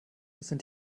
sind